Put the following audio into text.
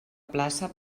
plaça